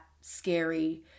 scary